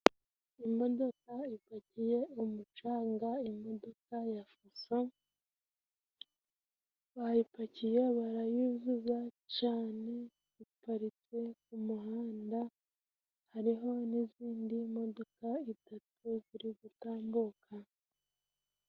Imodoka ipakiye umucanga, imodoka ya fuso bayipakiye barayuzuza cane, iparitse ku muhanda hariho n'izindi modoka itatu ziri gutambuka.